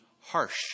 harsh